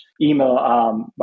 email